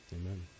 Amen